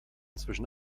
zwischen